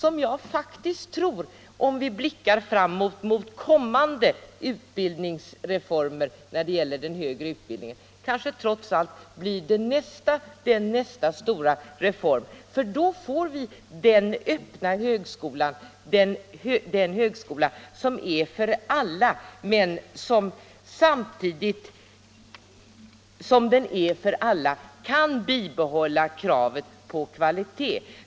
Om vi blickar framåt mot kommande utbildningsreformer när det gäller den högre utbildningen, tror jag att detta kanske trots allt blir nästa stora reform, eftersom vi därigenom skulle få den öppna högskolan, den högskola som är till för alla men som samtidigt som den är till för alla kan bibehålla kravet på kvalitet.